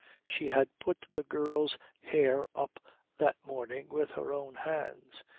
she had put the girl's hair up that morning with her own hands.